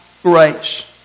Grace